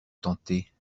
tenter